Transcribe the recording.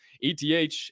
ETH